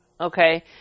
Okay